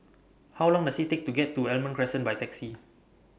How Long Does IT Take to get to Almond Crescent By Taxi